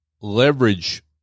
leverage